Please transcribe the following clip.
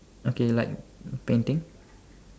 okay like painting